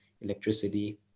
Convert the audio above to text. electricity